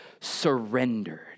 surrendered